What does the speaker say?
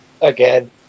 Again